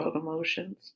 emotions